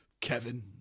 kevin